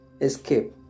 Escape